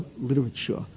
literature